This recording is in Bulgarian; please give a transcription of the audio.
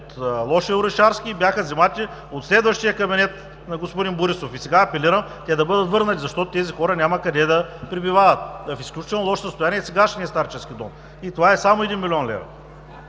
от лошия Орешарски и бяха взети от следващия кабинет на господин Борисов. Сега апелирам да бъдат върнати, защото тези хора няма къде да пребивават. В изключително лошо състояние е сегашният старчески дом. И това е само 1 млн.